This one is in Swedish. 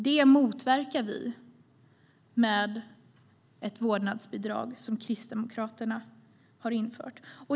Det motverkar vi med ett vårdnadsbidrag som Kristdemokraterna har infört.